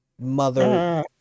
mother